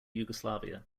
yugoslavia